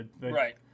Right